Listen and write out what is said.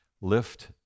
lift